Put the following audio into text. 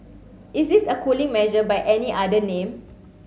is this a cooling measure by any other name